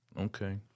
Okay